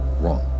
wrong